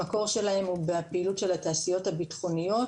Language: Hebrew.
המקור שלהם הוא בפעילות של התעשיות הביטחוניות